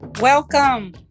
Welcome